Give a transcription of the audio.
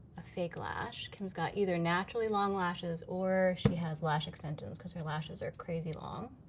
a fake lash, kim's got either naturally long lashes or she has lash extensions, because her lashes are crazy long.